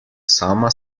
sama